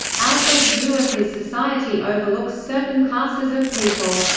alfred's view of his society overlooks certain classes of people.